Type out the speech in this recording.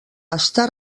està